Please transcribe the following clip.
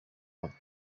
have